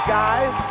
guys